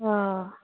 অঁ